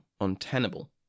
untenable